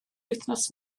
wythnos